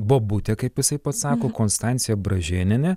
bobutė kaip jisai pats sako konstancija bražėnienė